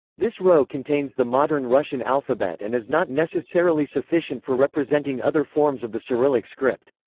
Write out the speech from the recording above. this row contains the modern russian alphabet and is not necessarily sufficient for representing other forms of the cyrillic script.